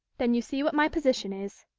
then you see what my position is.